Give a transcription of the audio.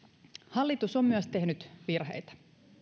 hallitus on myös tehnyt virheitä